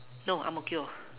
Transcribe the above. no ang-mo-kio